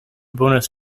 bonus